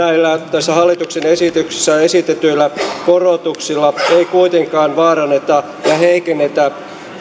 tässä hallituksen esityksessä esitetyillä korotuksilla ei kuitenkaan vaaranneta ja heikennetä